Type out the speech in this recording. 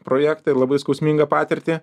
projektą ir labai skausmingą patirtį